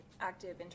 active